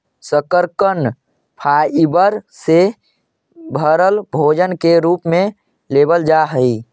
शकरकन फाइबर से भरल भोजन के रूप में लेबल जा हई